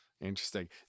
Interesting